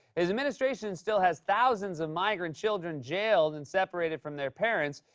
his administration still has thousands of migrant children jailed and separated from their parents,